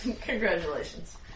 Congratulations